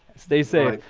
stay safe!